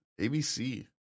ABC